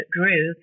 grew